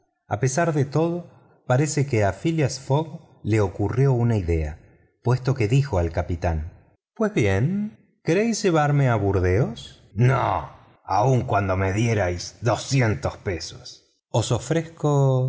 a pesar de todo parece que a phileas fogg se le ocurrió una idea puesto que dijo al capitán pues bien queréis llevarme a burdeos no aun cuando me dierais doscientos dólaes os ofrezco